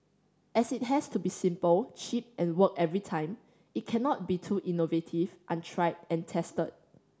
as it has to be simple cheap and work every time it cannot be too innovative untried and tested